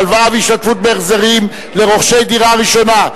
הלוואה והשתתפות בהחזרים לרוכשי דירה ראשונה),